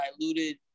diluted